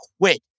quit